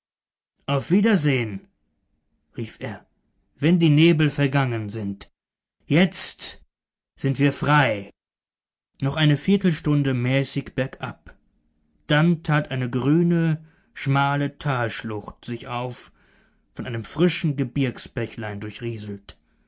auf wiedersehen rief er wenn die nebel vergangen sind jetzt sind wir frei noch eine viertelstunde mäßig bergab dann tat eine grüne schmale talschlucht sich auf von einem frischen gebirgsbächlein